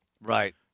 Right